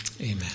Amen